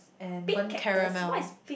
and burn caramel